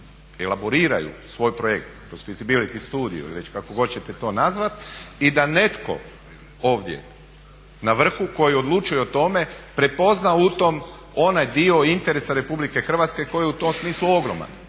elaboriraju svoj projekt kroz fizibiliti studiju ili već kako hoćete to nazvati i da netko ovdje na vrhu koji odlučuje o tome prepozna u tome onaj dio interesa Republike Hrvatske koji je u tom smislu ogroman.